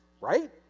Right